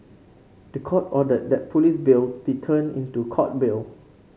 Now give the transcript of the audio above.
the court ordered that police bail be turned into court bail